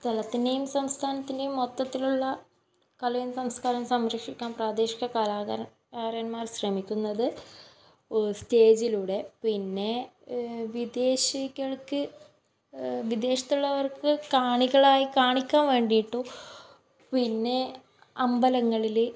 സ്ഥലത്തിൻ്റെയും സംസ്ഥാനത്തിൻ്റെയും മൊത്തത്തിലുള്ള കലയും സംസ്കാരവും സംരക്ഷിക്കാൻ പ്രാദേശിക കലാ കാരന്മാർ ശ്രമിക്കുന്നത് സ്റ്റേജിലൂടെ പിന്നെ വിദേശികൾക്ക് വിദേശത്തുള്ളവർക്ക് കാണികളായി കാണിക്കാൻ വേണ്ടിയിട്ടും പിന്നെ അമ്പലങ്ങളിൽ